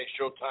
Showtime